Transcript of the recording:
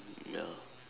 ya